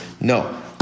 no